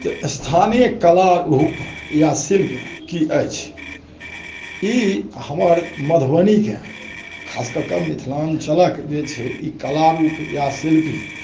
स्थानीय कला या शिल्प की अछि ई हमर मधुबनीके खास कऽके मिथिलाञ्चलक जे छै ई कला रूप या शिल्पी